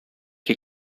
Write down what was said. que